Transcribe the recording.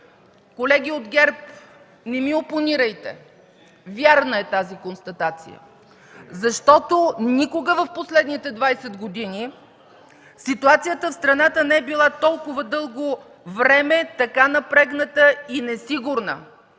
Колеги от ГЕРБ, не ми опонирайте! Вярна е тази констатация, защото никога в последните 20 години ситуацията в страната не е била толкова дълго време така напрегната и несигурна.